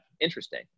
interesting